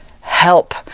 help